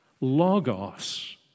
logos